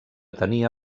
tenia